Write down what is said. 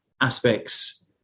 aspects